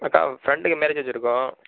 அக்கா ஃப்ரெண்டுக்கு மேரேஜ் வச்சிருக்கோம்